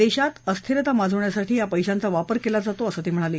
देशात अस्थिरता माजवण्यासाठी या पैशांचा वापर केला जातो असं ते म्हणाले